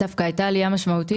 דווקא הייתה עלייה משמעותית.